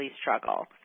struggle